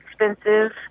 expensive